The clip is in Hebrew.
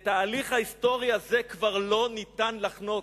את ההליך ההיסטורי הזה כבר לא ניתן לחנוק.